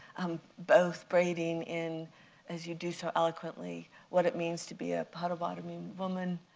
um both braiding in as you do so eloquently what it means to be a potawatomi woman,